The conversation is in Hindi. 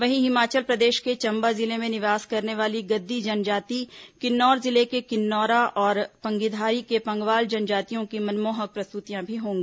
वहीं हिमाचल प्रदेश के चम्बा जिले में निवास करने वाली गद्दी जनजाति किन्नौर जिले के किन्नौरा और पंगीधारी के पंगवाल जनजातियों की मनमोहक प्रस्तुतियां भी होंगी